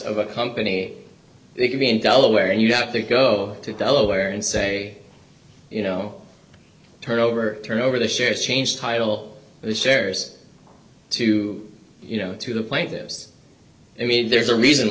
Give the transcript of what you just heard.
of a company they could be in delaware and you got to go to delaware and say you know turn over turn over the shares change title the shares to you know to the plaintiffs i mean there's a reason